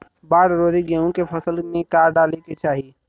बाढ़ रोधी गेहूँ के फसल में का डाले के चाही?